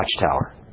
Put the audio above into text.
watchtower